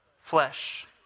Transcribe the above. Flesh